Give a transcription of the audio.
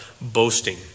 boasting